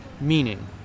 Meaning